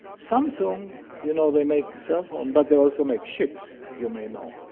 samsung, you know, they make cellphones but they also make ships, you may know.